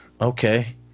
okay